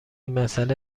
مسئله